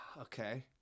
okay